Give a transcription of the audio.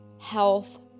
health